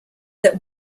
that